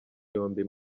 yombi